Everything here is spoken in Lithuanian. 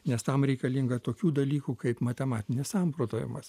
nes tam reikalinga tokių dalykų kaip matematinis samprotavimas